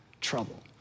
trouble